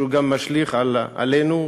שגם משליך עלינו,